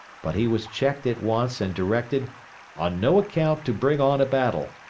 but he was checked at once and directed on no account to bring on a battle.